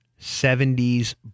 70s